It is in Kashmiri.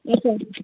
اَچھا